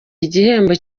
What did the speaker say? igihembo